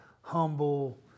humble